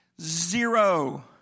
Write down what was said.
Zero